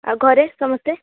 ଆଉ ଘରେ ସମସ୍ତେ